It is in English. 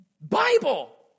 Bible